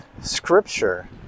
scripture